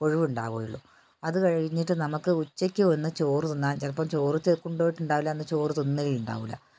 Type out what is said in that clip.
ഒഴിവുണ്ടാവുള്ളൂ അത് കഴിഞ്ഞിട്ട് നമുക്ക് ഉച്ചയ്ക്ക് ഒന്ന് ചോറ് തിന്നാൻ ചിലപ്പം ചോറ് കൊണ്ടുപോയിട്ടുണ്ടാവില്ല അന്ന് ചോറ് തിന്നലുണ്ടാവില്ല